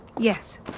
Yes